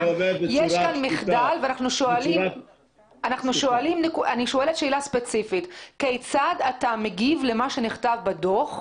יש כאן מחדל ואני שואלת שאלה ספציפית: כיצד אתה מגיב למה שנכתב בדוח?